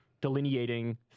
delineating